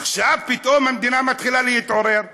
עכשיו פתאום המדינה מתחילה להתעורר.